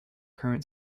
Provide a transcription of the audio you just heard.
current